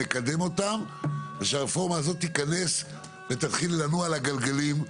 נקדם אותם והרפורמה הזאת תיכנס ותתחיל לנוע על הגלגלים,